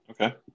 Okay